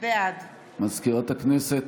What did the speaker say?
בעד מזכירת הכנסת,